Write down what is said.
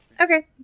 Okay